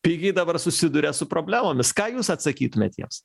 pigiai dabar susiduria su problemomis ką jūs atsakytumėt jiems